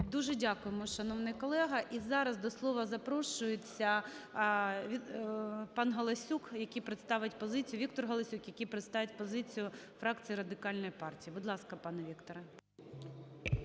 Дуже дякуємо, шановний колега. І зараз до слова запрошується пан Галасюк, який представить позицію, Віктор Галасюк, який представить позицію фракції Радикальної партії. Будь ласка, пане Вікторе.